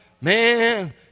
man